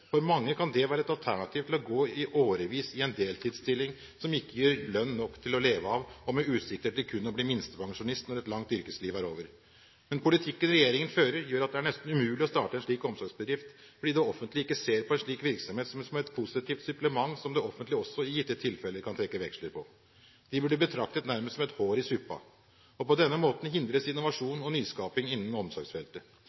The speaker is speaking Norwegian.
For mange kan det være et alternativ til å gå årevis i en deltidsstilling som ikke gir lønn nok til å leve av, og med utsikter til kun å bli minstepensjonist når et langt yrkesliv er over. Men politikken regjeringen fører, gjør at det er nesten umulig å starte en slik omsorgsbedrift, fordi det offentlige ikke ser på en slik virksomhet som et positivt supplement som det offentlige også i gitte tilfeller kan trekke veksler på. De blir betraktet nærmest som et hår i suppen. På denne måten hindres